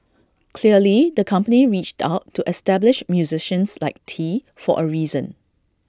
clearly the company reached out to established musicians like tee for A reason